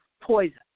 poison